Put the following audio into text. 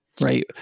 Right